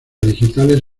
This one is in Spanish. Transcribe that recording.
digitales